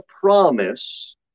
promise